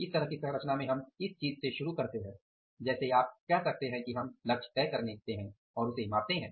इस तरह की संरचना में हम इस चीज से शुरू करते हैं जैसे आप कह सकते हैं कि हम लक्ष्य तय करते हैं और उसे मापते हैं